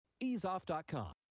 EaseOff.com